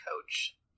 coach